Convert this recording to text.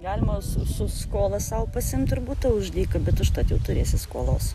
galimos su su skola sau pasiimt ir butą už dyką bet užtat jau turėsi skolos